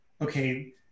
okay